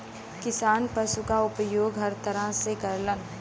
किसान पसु क उपयोग हर तरह से करलन